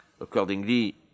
Accordingly